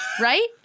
right